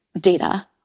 data